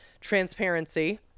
transparency